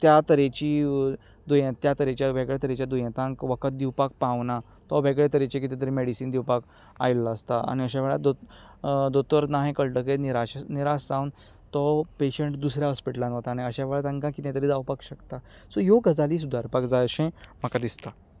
त्या तरेची त्या तरेच्या वेगळे तरेच्या दुयेंतांक वखद दिवपाक पावना तो वेगळे तरेचे कितें तरी मॅडिसीन दिवपाक आयिल्लो आसता आनी अशे वेळार दोतोर दोतोर ना हें कळटकीर निराश जावन तो पॅशंट दुसऱ्या हॉस्पिटलांत वता आनी वेळार तांकां कितें तरी जावपाक शकता सो ह्यो गजाली सुदारपाक जाय अशें म्हाका दिसता